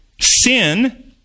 sin